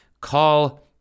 call